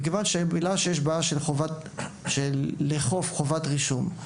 מכיוון שיש בעיה באכיפה של חובת הרישום,